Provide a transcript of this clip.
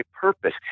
purpose